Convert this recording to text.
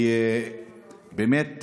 באמת,